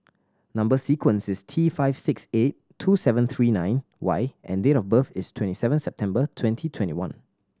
number sequence is T five six eight two seven three nine Y and date of birth is twenty seven September twenty twenty one